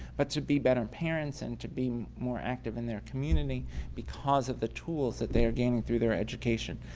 but to be better parents and to be more active in their community because of the tools that they are gaining through their education.